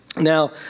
Now